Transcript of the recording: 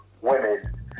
women